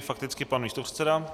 Fakticky pan místopředseda.